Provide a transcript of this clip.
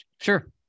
Sure